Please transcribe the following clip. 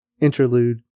Interlude